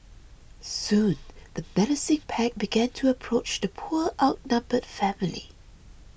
soon the menacing pack began to approach the poor outnumbered family